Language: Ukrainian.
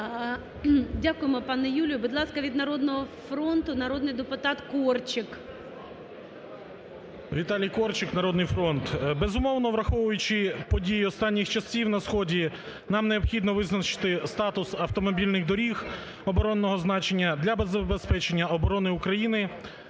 Дякуємо, пане Юлію. Будь ласка, від "Народного фронту" народний депутат Корчик. 11:29:27 КОРЧИК В.А. Віталій Корчик, "Народний фронт". Безумовно, враховуючи події останніх часів на сході, нам необхідно визначити статус автомобільних доріг оборонного значення для забезпечення оборони України,